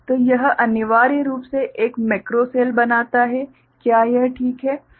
तो यह अनिवार्य रूप से एक मैक्रो सेल बनाता है क्या यह ठीक है